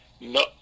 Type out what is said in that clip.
No